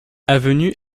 avenue